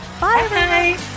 Bye